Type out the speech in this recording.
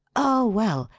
oh, well,